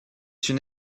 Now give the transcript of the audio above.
une